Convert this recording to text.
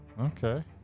Okay